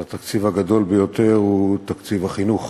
התקציב הגדול ביותר הוא תקציב החינוך.